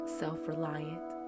self-reliant